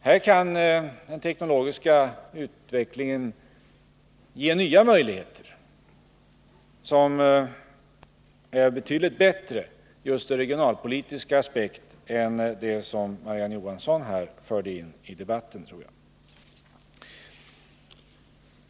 Här kan den teknologiska utvecklingen ge nya möjligheter, som jag tror är betydligt bättre ur regionalpolitiska aspekter än det som Marie-Ann Johansson förde in i debatten.